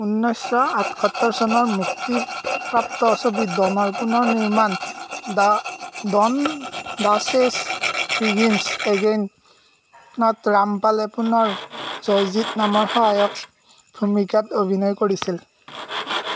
ঊন্নৈছশ আঠসত্তৰ চনৰ মুক্তিপ্ৰাপ্ত ছবি ডনৰ পুনৰ নিৰ্মাণ ড ডন দ্য চেজ বিগিন্স এগেইনত ৰামপালে পুনৰ জগজিৎ নামৰ সহায়ক ভূমিকাত অভিনয় কৰিছিল